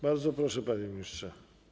Bardzo proszę, panie ministrze.